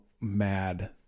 mad